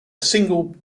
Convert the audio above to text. single